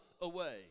away